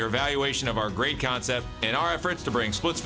your evaluation of our great concept and our efforts to bring splits